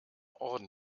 orden